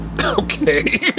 Okay